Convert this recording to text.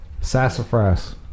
Sassafras